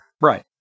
Right